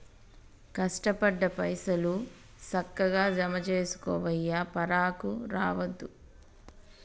కష్టపడ్డ పైసలు, సక్కగ జమజేసుకోవయ్యా, పరాకు రావద్దు